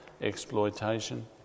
exploitation